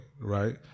right